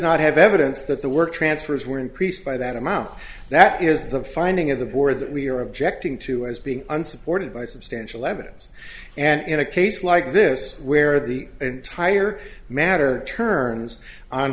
not have evidence that the work transfers were increased by that amount that is the finding of the board that we are objecting to as being unsupported by substantial evidence and in a case like this where the entire matter turns on